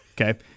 Okay